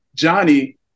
Johnny